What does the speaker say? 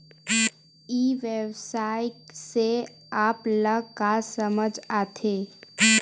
ई व्यवसाय से आप ल का समझ आथे?